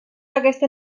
aquesta